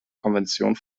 konvention